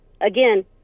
again